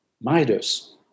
Midas